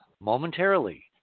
momentarily